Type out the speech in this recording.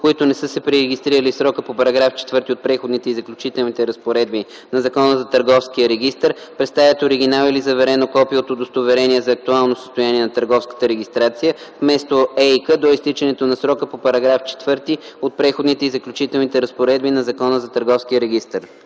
които не са се пререгистрирали в срока по § 4 от Преходните и заключителните разпоредби на Закона за търговския регистър, представят оригинал или заверено копие от удостоверение за актуалното състояние на търговската регистрация вместо ЕИК до изтичането на срока по § 4 от Преходните и заключителните разпоредби на Закона за търговския регистър.”